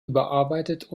überarbeitet